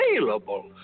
available